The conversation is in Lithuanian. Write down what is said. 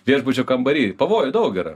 viešbučio kambary pavojų daug yra